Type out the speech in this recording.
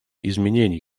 изменений